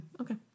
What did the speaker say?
Okay